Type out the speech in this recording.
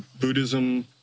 Buddhism